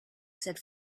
said